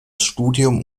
studium